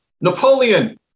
Napoleon